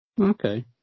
Okay